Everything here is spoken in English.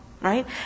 right